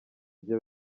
bye